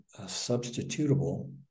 substitutable